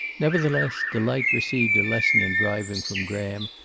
nevertheless, delight received a lesson in driving from graham,